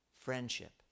Friendship